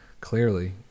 clearly